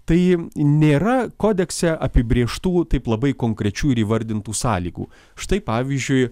tai nėra kodekse apibrėžtų taip labai konkrečių ir įvardintų sąlygų štai pavyzdžiui